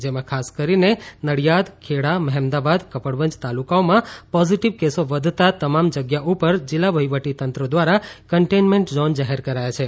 જેમાં ખાસ કરીને નડિયાદ ખેડા મહેમદાવાદ કપડવંજ તાલુકાઓ માં પોઝિટિવ કેસો વધતા તમામ જગ્યા ઉપર જિલ્લા વહીવટીતંત્ર દ્વારા કન્ટેન્મેન્ટ ઝોન જાહેર કરાયા છે